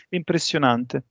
impressionante